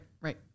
right